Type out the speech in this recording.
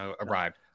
arrived